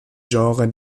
genre